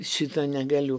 šito negaliu